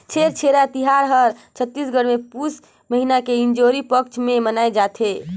छेरछेरा तिहार हर छत्तीसगढ़ मे पुस महिना के इंजोरी पक्छ मे मनाए जथे